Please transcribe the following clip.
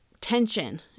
tension